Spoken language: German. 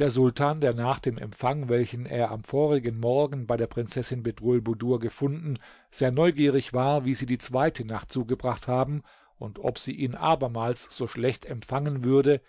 der sultan der nach dem empfang welchen er am vorigen morgen bei der prinzessin bedrulbudur gefunden sehr neugierig war wie sie die zweite nacht zugebracht haben und ob sie ihn abermals so schlecht empfangen würde